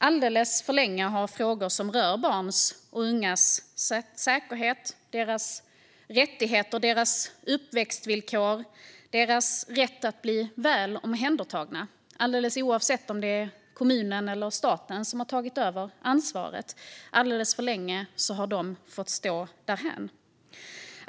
Alldeles för länge har nämligen frågor som rör barns och ungas säkerhet, rättigheter, uppväxtvillkor och rätt att bli väl omhändertagna, alldeles oavsett om det är kommunen eller staten som har tagit över ansvaret, lämnats därhän.